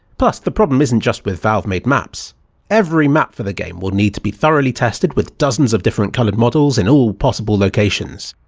plus the problem isn't just with valve-made maps every map for the game will need to be thoroughly tested with dozens of different coloured models in all possible locations.